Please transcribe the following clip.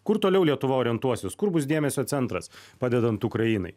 kur toliau lietuva orientuosis kur bus dėmesio centras padedant ukrainai